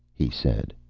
he said.